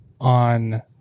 on